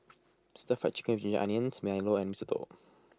Stir Fry Chicken with Ginger Onions Milo and Mee Soto